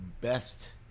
best